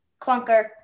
Clunker